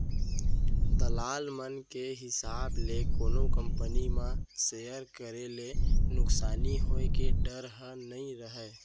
दलाल मन के हिसाब ले कोनो कंपनी म सेयर करे ले नुकसानी होय के डर ह नइ रहय